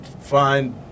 find